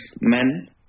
men